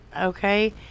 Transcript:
okay